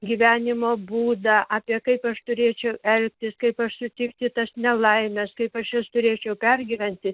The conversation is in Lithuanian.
gyvenimo būdą apie kaip aš turėčiau elgtis kaip aš sutikti tas nelaimes kaip aš jas turėčiau pergyventi